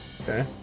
Okay